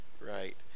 right